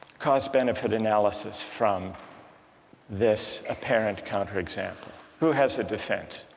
cost-benefit analysis from this apparent counter example who has a defense?